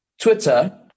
Twitter